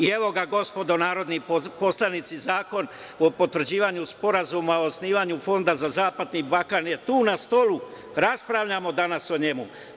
Evo ga, gospodo narodni poslanici, Zakon o potvrđivanju Sporazuma o osnivanju Fonda za zapadni Balkan je tu na stolu, raspravljamo danas o njemu.